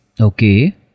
Okay